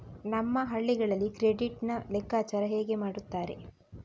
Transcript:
ನಮ್ಮ ಹಳ್ಳಿಗಳಲ್ಲಿ ಕ್ರೆಡಿಟ್ ನ ಲೆಕ್ಕಾಚಾರ ಹೇಗೆ ಮಾಡುತ್ತಾರೆ?